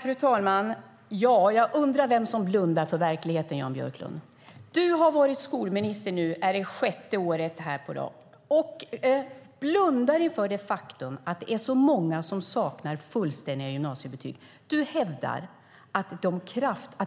Fru talman! Jag undrar vem som blundar för verkligheten, Jan Björklund. Det är sjätte året på raken som du är skolminister, och du blundar inför det faktum att så många saknar fullständiga gymnasiebetyg. Du hävdar att det